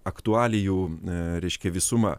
aktualijų reiškia visuma